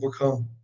overcome